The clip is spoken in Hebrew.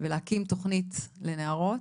ולהקים תוכנית לנערות